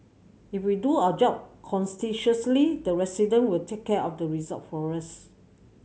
if we do our job the resident will take care of the result for us